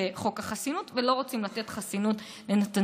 חוק החסינות ולא רוצים לתת חסינות לנתניהו.